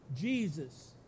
Jesus